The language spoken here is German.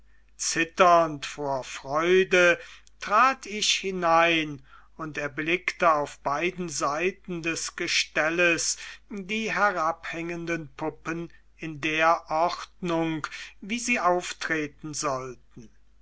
zitternd vor freude trat ich hinein und erblickte auf beiden seiten des gestelles die herabhängenden puppen in der ordnung wie sie auftreten sollten